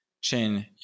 chain